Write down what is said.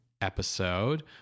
episode